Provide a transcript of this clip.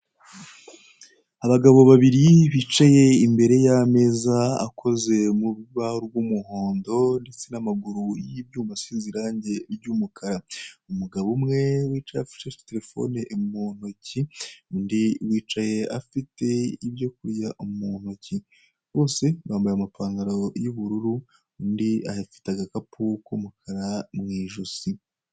Abagabo babiri bicaye imbere y'ameza akoze mu rubaho rw'umuhondo ndetse n'amaguru y'ibyuma asize irange ry'umukara, umugabo umwe wicaye afashe telefone mu ntoki undi wicaye afite ibyo kurya mu ntoki, bose bambaye amapantaro y'ubururu undi afite agakapu k'umukara mu ijosi.